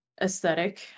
aesthetic